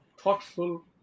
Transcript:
thoughtful